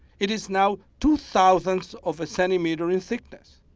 it is now two thousandths of a centimeter in thickness.